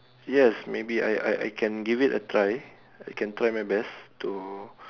yes maybe I I I can give it a try I can try my best to